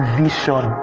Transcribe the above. vision